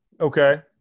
Okay